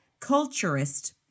culturist